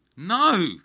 No